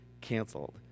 canceled